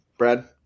Brad